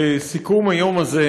לסיכום היום הזה,